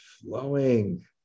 flowing